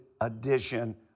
edition